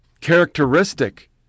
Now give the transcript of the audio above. characteristic